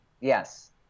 Yes